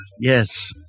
Yes